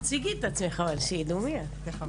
תציגי את עצמך, שידעו מי את.